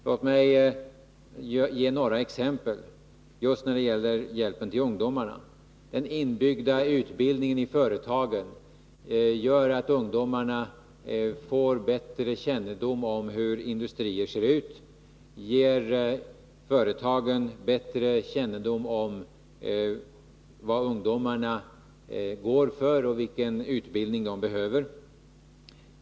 Låt mig ge några exempel just när det gäller hjälpen till ungdomarna. Den inbyggda utbildningen i företagen gör att ungdomarna får bättre kännedom om hur industrier ser ut, och den ger företagen bättre kännedom om vad ungdomarna går för och vilken utbildning de behöver.